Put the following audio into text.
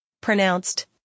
Pronounced